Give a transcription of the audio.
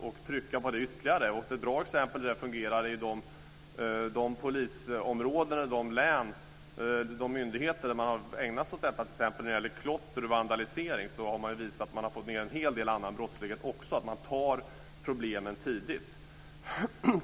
Bra exempel på hur dessa modeller fungerar finns i de län där polismyndigheterna har ägnat sig åt dessa frågor, t.ex. klotter och vandalisering, och därmed har även en hel del annan brottslighet minskat. Man har tagit itu med problemen tidigt.